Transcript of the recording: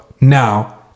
now